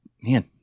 man